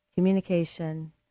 communication